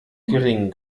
geringen